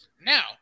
Now